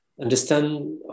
understand